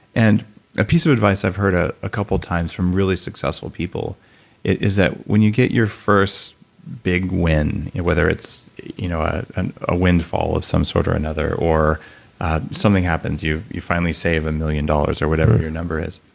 and a piece of advice i've heard a a couple times from really successful people is that when you get your first big win, whether it's you know and a win, fall of some sort or another, or if something happens, you you finally saved a million dollars or whatever your number is,